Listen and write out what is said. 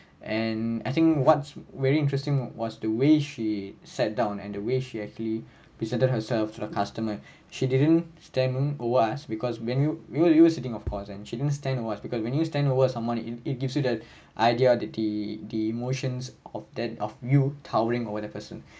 and I think what's very interesting was the way she sat down and the way she actually presented herself to the customer she didn't stand over us because when you we were use the sitting position and she didn't stand over us because when you stand over a someone it it gives you the idea of the the emotions of that of you towering over the person